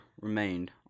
remained